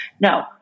no